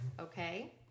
okay